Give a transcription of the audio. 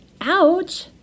Ouch